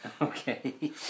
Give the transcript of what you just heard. ...okay